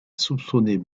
soupçonner